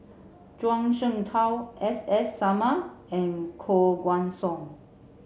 Zhuang Shengtao S S Sarma and Koh Guan Song